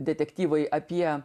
detektyvai apie